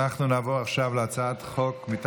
14 בעד, אין